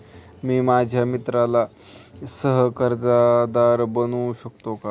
मी माझ्या मित्राला सह कर्जदार बनवू शकतो का?